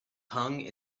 hung